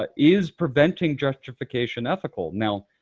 but is preventing gentrification ethical? now,